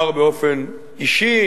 אומר באופן אישי,